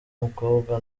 mukobwa